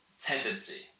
tendency